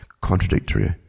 contradictory